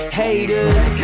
haters